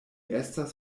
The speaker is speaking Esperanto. estas